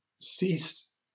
Cease